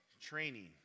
training